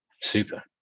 Super